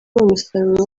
umusaruro